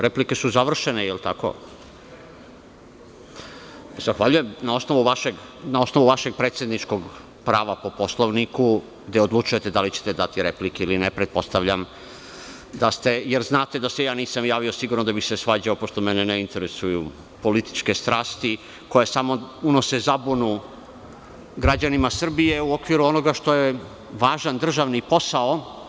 Replike su završene, jel tako? (Da.) Na osnovu vašeg predsedničkog prava po Poslovniku, gde odlučujete da li ćete dati replike ili ne, pretpostavljam da ste, jer znate da se nisam javio sigurno da bih se svađao, pošto mene ne interesuju političke strasti koje samo unose zabunu građanima Srbije u okviru onoga što je važan državni posao.